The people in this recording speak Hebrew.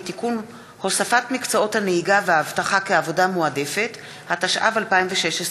(השעיית עובד שירות), התשע"ו 2016,